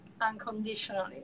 unconditionally